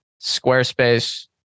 Squarespace